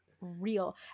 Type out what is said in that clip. real